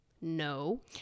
no